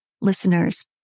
listeners